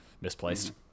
misplaced